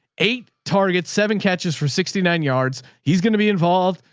eight target seven catches for sixty nine yards. he's going to be involved.